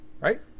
right